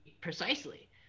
Precisely